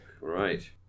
right